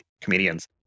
comedians